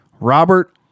robert